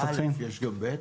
למה א', יש גם ב'?